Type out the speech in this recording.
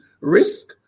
risk